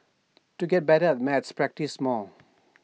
to get better at maths practise more